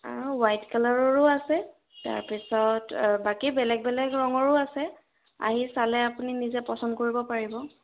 white কালাৰৰো আছে তাৰপিছত বাকী বেলেগ বেলেগ ৰঙৰো আছে আহি চালে আপুনি নিজে পচন্দ কৰিব পাৰিব